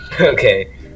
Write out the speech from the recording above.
Okay